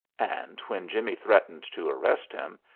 and when jimmie threatened to arrest him,